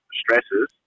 stresses